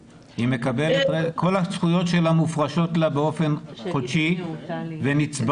כל הזכויות שלה מופרשות לה באופן חודשי ונצברות.